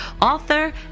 author